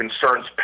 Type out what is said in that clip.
concerns